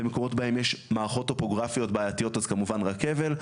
במקומות בהם יש מערכות טופוגרפיות בעייתיות אז כמובן רכבל,